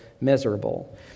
miserable